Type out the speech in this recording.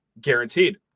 guaranteed